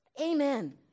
Amen